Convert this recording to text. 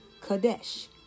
kadesh